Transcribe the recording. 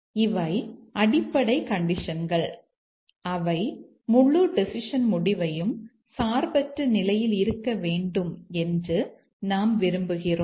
இவை அடிப்படை கண்டிஷன்கள் அவை முழு டெசிஷன் முடிவையும் சார்பற்ற நிலையில் இருக்க வேண்டும் என்று நாம் விரும்புகிறோம்